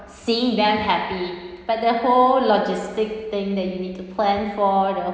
seeing them happy but the whole logistic thing that you need to plan for the